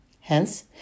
Hence